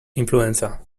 influenza